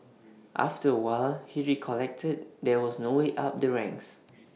after A while he recollected there was no way up the ranks